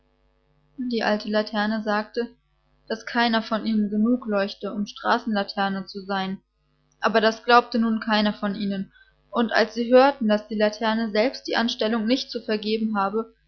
die alte laterne sagte daß keiner von ihnen genug leuchte um straßenlaterne zu sein aber das glaubte nun keiner von ihnen und als sie hörten daß die laterne selbst die anstellung nicht zu vergeben habe